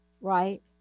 right